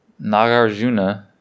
Nagarjuna